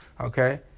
okay